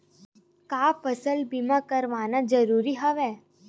का फसल बीमा करवाना ज़रूरी हवय?